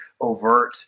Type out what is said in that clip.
overt